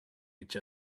each